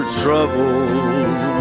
troubled